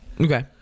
Okay